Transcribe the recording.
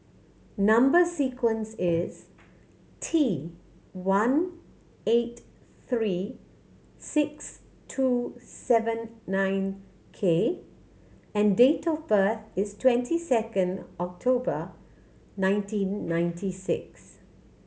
number sequence is T one eight three six two seven nine K and date of birth is twenty second October nineteen ninety six